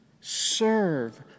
Serve